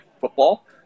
football